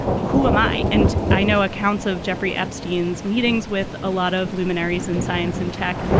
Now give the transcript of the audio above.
who am i? and i know accounts of jeffrey epstein's meetings with a lot of luminaries in science and tech.